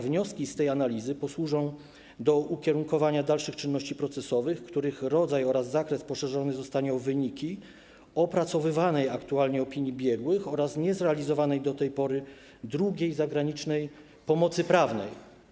Wnioski z tej analizy posłużą do ukierunkowania dalszych czynności procesowych, których rodzaj oraz zakres zostanie poszerzony o wyniki opracowywanej aktualnie opinii biegłych oraz niezrealizowanej do tej pory drugiej zagranicznej pomocy prawnej.